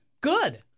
Good